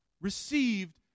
received